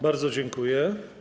Bardzo dziękuję.